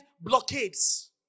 blockades